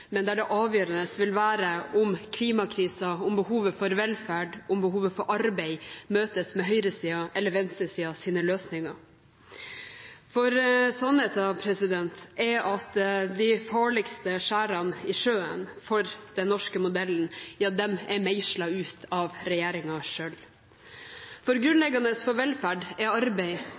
men der det avgjørende vil være om klimakrisen, behovet for velferd og behovet for arbeid møtes med høyresidens eller venstresidens løsninger. For sannheten er at de farligste skjærene i sjøen for den norske modellen er meislet ut av regjeringen selv. Grunnleggende for velferd er arbeid,